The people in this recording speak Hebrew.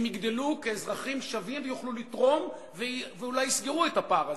הם יגדלו כאזרחים שווים ויוכלו לתרום ואולי יסגרו את הפער הזה,